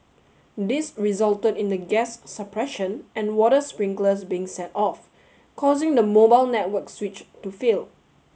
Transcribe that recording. this resulted in the gas suppression and water sprinklers being set off causing the mobile network switch to fail